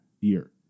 year